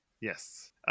Yes